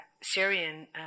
syrian